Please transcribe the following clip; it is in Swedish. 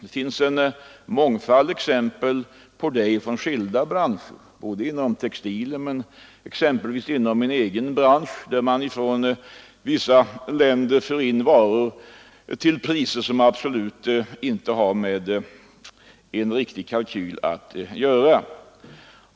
Det finns en mångfald exempel på det, t.ex. inom min egen bransch, där vi ser hur man från vissa länder för in varor till priser som inte har med riktiga kalkyler att göra.